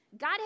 God